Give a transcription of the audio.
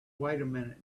minute